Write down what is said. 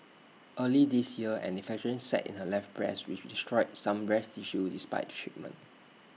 early this year an infection set in her left breast which destroyed some breast tissue despite treatment